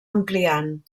ampliant